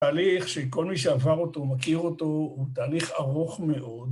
תהליך שכל מי שעבר אותו מכיר אותו, הוא תהליך ארוך מאוד.